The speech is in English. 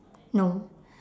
no